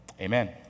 Amen